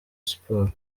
sports